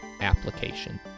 application